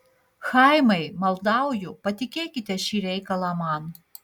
chaimai maldauju patikėkite šį reikalą man